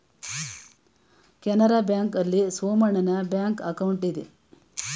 Canara bank ಆಲ್ಲಿ ಸೋಮಣ್ಣನ bank account ಇದೆ